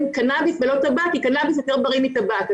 קנאביס ולא טבק כי קנאביס יותר בריא מטבק,